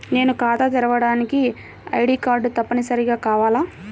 నేను ఖాతా తెరవడానికి ఐ.డీ కార్డు తప్పనిసారిగా కావాలా?